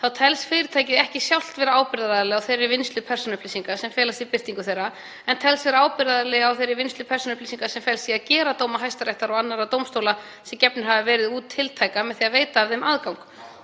þá telst fyrirtækið ekki sjálft vera ábyrgðaraðili á þeirri vinnslu persónuupplýsinga sem felst í birtingu þeirra en telst vera ábyrgðaraðili á þeirri vinnslu persónuupplýsinga sem felst í að gera dóma Hæstaréttar og annarra dómstóla, sem gefnir hafa verið út, tiltæka með því að veita aðgang